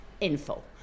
info